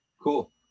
Cool